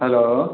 hello